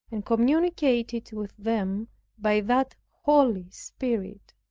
and communicated with them by that holy spirit.